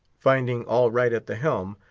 finding all right at the helm,